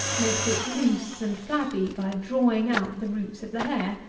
makes it loose and flabby by drawing out the roots of the hair.